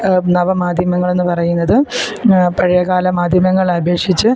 നവമാധ്യമങ്ങളെന്ന് പറയുന്നത് പഴയകാല മാധ്യമങ്ങളെ അപേക്ഷിച്ച്